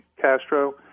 Castro